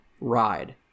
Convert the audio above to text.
ride